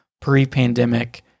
pre-pandemic